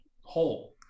hole